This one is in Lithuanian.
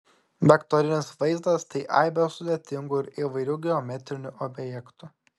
vektorinis vaizdas tai aibė sudėtingų ir įvairių geometrinių objektų